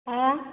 ଆଁ